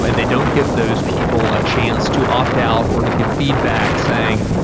and they don't give those people a chance to opt out or to give feedback saying,